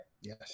Yes